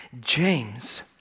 James